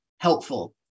helpful